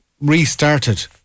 restarted